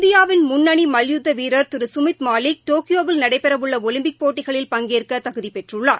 இந்தியாவின் முன்னணி மல்யுத்த வீரர் திரு சுமித் மாலிக் டோக்கியோவில் நடைபெறவுள்ள ஒலிம்பிக் போட்டிகளில் பங்கேற்க தகுதி பெற்றுள்ளார்